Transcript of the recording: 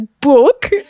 book